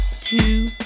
two